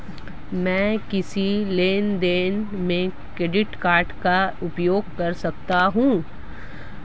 मैं किस लेनदेन में क्रेडिट कार्ड का उपयोग कर सकता हूं?